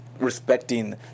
respecting